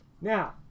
Now